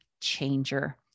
changer